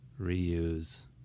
reuse